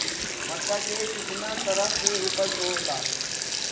मक्का के कितना तरह के उपज हो ला?